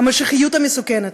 המשיחיות המסוכנת,